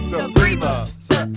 Suprema